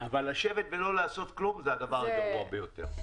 אבל לשבת ולא לעשות כלום זה הדבר הגרוע ביותר.